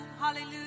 Hallelujah